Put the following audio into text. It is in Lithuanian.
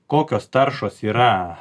kokios taršos yra